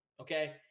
Okay